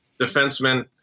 defenseman